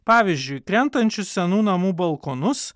pavyzdžiui krentančių senų namų balkonus